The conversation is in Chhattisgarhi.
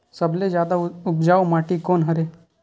सबले जादा उपजाऊ माटी कोन हरे?